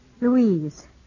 Louise